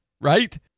right